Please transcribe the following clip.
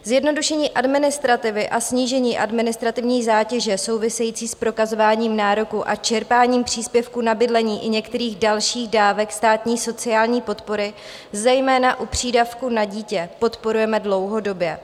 Zjednodušení administrativy a snížení administrativní zátěže související s prokazováním nároku a čerpáním příspěvku na bydlení i některých dalších dávek státní sociální podpory, zejména u přídavku na dítě, podporujeme dlouhodobě.